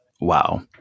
Wow